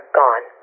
gone